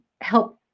help